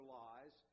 lies